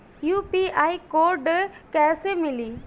UPI code कैसे मिली?